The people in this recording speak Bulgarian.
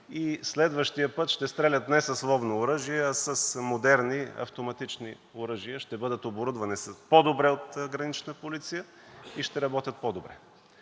И следващия път ще стрелят не с ловно оръжие, а с модерни автоматични оръжия, ще бъдат оборудвани по-добре от Гранична полиция и ще работят по-добре.